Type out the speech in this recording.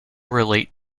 relate